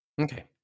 okay